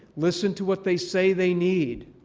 listen to what they say they need.